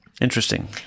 Interesting